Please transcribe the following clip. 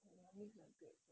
我还没分别